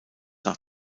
nach